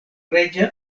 reĝa